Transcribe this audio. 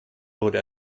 wurde